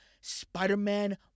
Spider-Man